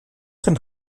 denn